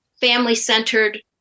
family-centered